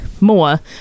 more